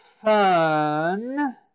fun